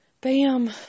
bam